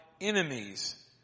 enemies